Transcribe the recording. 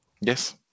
Yes